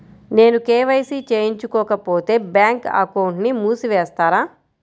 నేను కే.వై.సి చేయించుకోకపోతే బ్యాంక్ అకౌంట్ను మూసివేస్తారా?